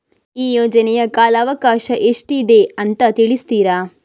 ಈ ಯೋಜನೆಯ ಕಾಲವಕಾಶ ಎಷ್ಟಿದೆ ಅಂತ ತಿಳಿಸ್ತೀರಾ?